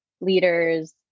leaders